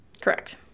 Correct